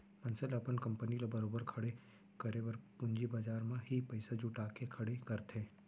मनसे ल अपन कंपनी ल बरोबर खड़े करे बर पूंजी बजार म ही पइसा जुटा के खड़े करथे